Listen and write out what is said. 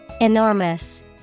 Enormous